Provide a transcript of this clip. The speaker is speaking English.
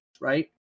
right